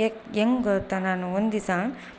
ಯಾ ಹೆಂಗೆ ಗೊತ್ತಾ ನಾನು ಒಂದು ದಿವ್ಸ